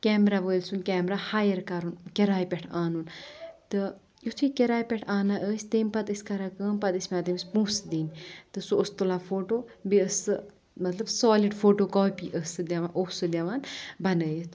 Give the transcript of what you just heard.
camera وٲلۍ سُند camera hire کَرُن کِراے پؠٹھ اَنُن تہٕ یِتھُے کِراے پؠٹھ اَنان ٲسۍ تمہِ پَتہٕ ٲسۍ کَران کٲم پَتہٕ ٲسۍ تٔمِس پؠوان پونسہِ دِنۍ سُہ اوس تُلان فوٹو بیٚییہِ ٲسۍ سُہ مطلب سالِڈ فوٹو کاپی ٲس سُہ دِوان اوس سُہ دِوان بَنٲیِتھ